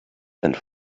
and